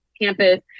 campus